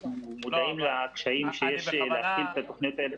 אנחנו מודעים לקשיים שיש להחיל את התוכניות האלה.